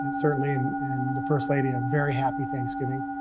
and certainly, and the first lady, a very happy thanksgiving,